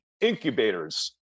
incubators